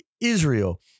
Israel